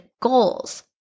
goals